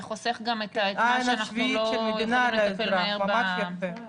זה חוסך גם את העניין שאנחנו לא יכולים לטפל מהר באיכונים.